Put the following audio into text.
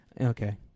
Okay